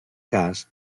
cas